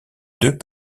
deux